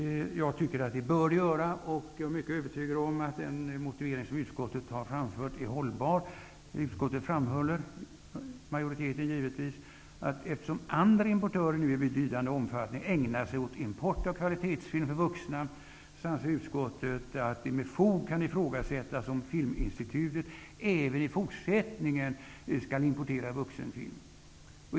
Jag tycker att det bör avvecklas, och jag är övertygad om att den motivering som utskottet har framfört är hållbar. Utskottet framhåller -- givetvis majoriteten -- att eftersom andra importörer nu i betydande omfattning ägnar sig åt import av kvalitetsfilm för vuxna, anser utskottet att det med fog kan ifrågasättas om Filminstitutet även i fortsättningen skall importera vuxenfilm.